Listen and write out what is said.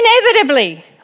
inevitably